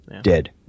Dead